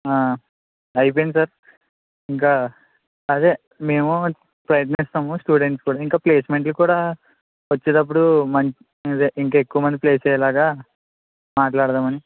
ఆ అయిపోయింది సార్ ఇంకా అదే మేము ప్రయత్నిస్తాము స్టూడెంట్తోని ఇంకా ప్లేస్మెంట్లు కూడా వచ్చేటప్పుడు మన్ అదే ఇంకా ఎక్కువ మంది ప్లేస్ అయ్యేలాగా మాట్లాడుదాం అని